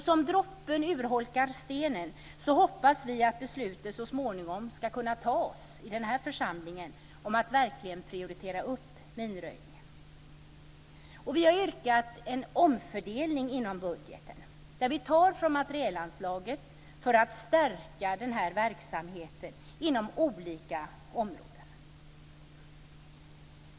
Som droppen urholkar stenen hoppas vi att beslutet så småningom ska kunna tas i den här församlingen om att verkligen prioritera minröjningen. Vi har yrkat på en omfördelning inom budgeten, där vi tar från materielanslaget för att förstärka den här verksamheten inom olika områden.